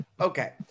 Okay